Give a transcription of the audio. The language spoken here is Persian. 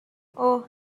اوه